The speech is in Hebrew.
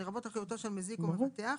לרבות אחריותו של מזיק או מבטח,